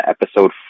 episode